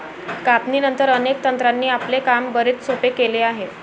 कापणीनंतर, अनेक तंत्रांनी आपले काम बरेच सोपे केले आहे